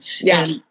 yes